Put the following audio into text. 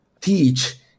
teach